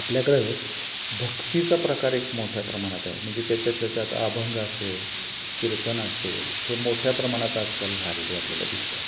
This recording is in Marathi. आपल्याकडं भक्तीचा प्रकार एक मोठ्या प्रमाणात आहे म्हणजे त्याच्यातल्या त्यात अभंग असेल कीर्तन असेल हे मोठ्या प्रमाणात आजकाल झालेले आपल्याला दिसतात